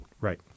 Right